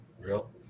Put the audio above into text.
Real